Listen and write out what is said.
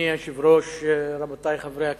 אדוני היושב-ראש, רבותי חברי הכנסת,